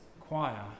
choir